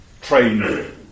Trained